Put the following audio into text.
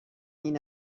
این